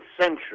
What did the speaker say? century